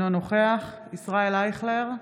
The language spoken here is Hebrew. אינו נוכח ישראל אייכלר,